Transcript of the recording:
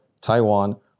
Taiwan